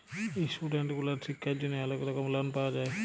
student গুলার শিক্ষার জন্হে অলেক রকম লন পাওয়া যায়